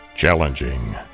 Challenging